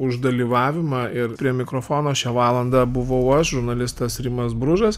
už dalyvavimą ir prie mikrofono šią valandą buvau aš žurnalistas rimas bružas